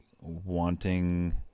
wanting